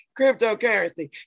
cryptocurrency